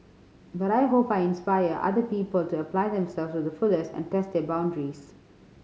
but I hope I inspire other people to apply themselves to the fullest and test their boundaries